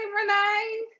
Renee